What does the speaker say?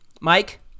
Mike